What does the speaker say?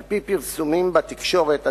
על-פי פרסומים בתקשורת,